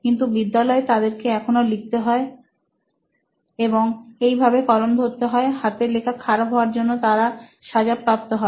কিন্তু বিদ্যালয় তাদেরকে এখনো লিখতে হয় এবং এইভাবে কলম ধরতে হয় হাতের লেখা খারাপ হওয়ার জন্য তারা সাজা প্রাপ্ত হয়